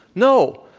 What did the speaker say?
no.